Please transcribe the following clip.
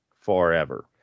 forever